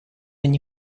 они